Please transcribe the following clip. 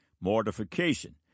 Mortification